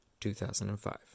2005